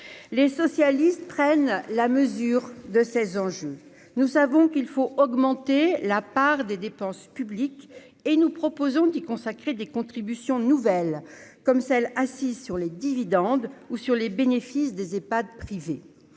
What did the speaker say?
les socialistes prennent la mesure de ces enjeux, nous savons qu'il faut augmenter la part des dépenses publiques et nous proposons d'y consacrer des contributions nouvelles comme celle assise sur les dividendes ou sur les bénéfices des Epad privé